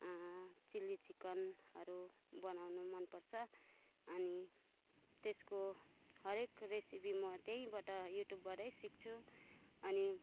chilli चिकनहरू बनाउनु मनपर्छ अनि त्यसको हरेक रेसिपी म त्यहीँबाट युट्युबबाटै सिक्छु अनि